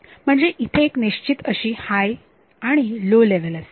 म्हणजे इथे एक निश्चित अशी हाय आणि लो लेव्हल असते